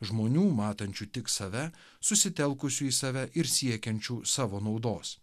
žmonių matančių tik save susitelkusių į save ir siekiančių savo naudos